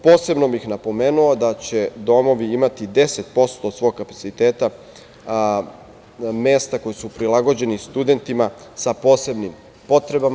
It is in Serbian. Posebno bih napomenuo da će domovi imati 10% od svog kapaciteta, mesta koja su prilagođena studentima sa posebnim potrebama.